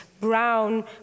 brown